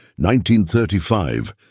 1935